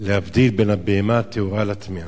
להבדיל בין הבהמה הטהורה לטמאה.